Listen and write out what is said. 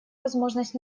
возможность